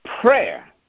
prayer